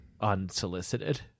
unsolicited